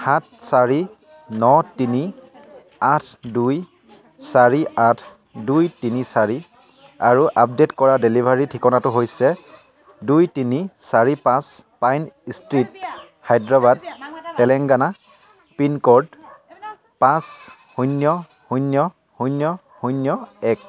সাত চাৰি ন তিনি আঠ দুই চাৰি আঠ দুই তিনি চাৰি আৰু আপডে'ট কৰা ডেলিভাৰী ঠিকনাটো হৈছে দুই তিনি চাৰি পাঁচ pine street Hyderabad Telangana pin code পাঁচ শূন্য শূন্য শূন্য শূন্য এক